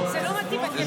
אתה לא שומע מה שהוא אומר.